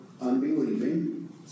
unbelieving